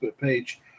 page